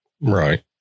right